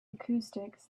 acoustics